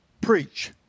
Preach